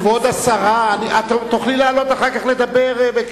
כבוד השרה, את תוכלי אחר כך לעלות לדבר.